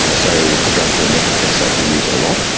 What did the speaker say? so a drug called methotrexate we use a lot.